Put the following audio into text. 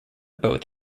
both